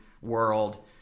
world